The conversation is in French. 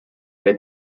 elle